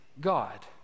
God